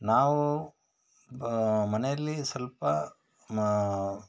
ನಾವು ಬ ಮನೆಯಲ್ಲಿ ಸ್ವಲ್ಪ ಮ್